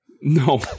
No